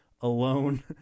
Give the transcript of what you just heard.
alone